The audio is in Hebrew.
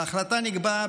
בהחלטה נקבע,